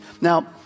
Now